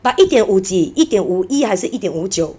but 一点五几一点五一还是一点五九